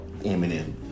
Eminem